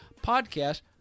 podcast